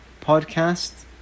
podcast